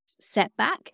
setback